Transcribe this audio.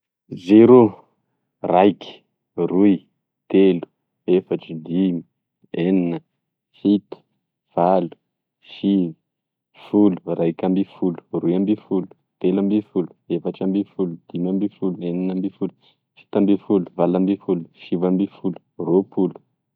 Zero, raiky, roy, telo, efatry, dimy, enina, fito, valo, sivy, folo, raika amby folo, roy amby folo, telo amby folo, efatra amby folo, dimy amby folo, enina amby folo, fito amby folo, valo amby folo, sivy amby folo, roapolo